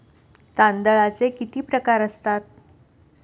तांदळाचे किती प्रकार असतात?